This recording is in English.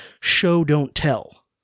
show-don't-tell